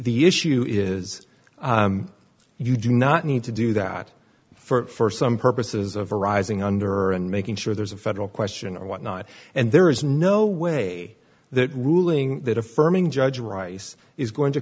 the issue is you do not need to do that for some purposes of arising under and making sure there's a federal question or whatnot and there is no way that ruling that affirming judge rice is going to